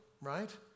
right